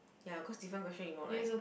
ya cause different question you know right